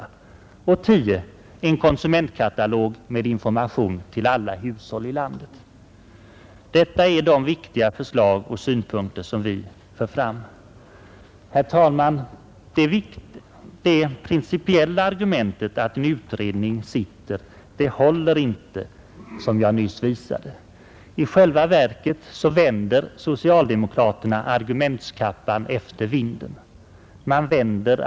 Detta är de viktiga förslag och synpunkter vi för fram. Herr talman! Det principiella argumentet att en utredning sitter håller inte, som jag nyss visade. I själva verket vänder socialdemokraterna argumentkappan efter vinden.